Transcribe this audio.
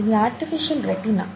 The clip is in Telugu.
ఇది ఆర్టిఫిషల్ రెటీనా